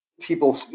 people